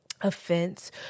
Offense